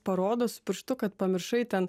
parodo su pirštu kad pamiršai ten